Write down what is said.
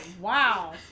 Wow